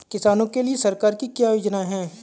किसानों के लिए सरकार की क्या योजनाएं हैं?